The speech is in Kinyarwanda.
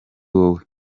wowe